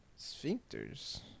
Sphincters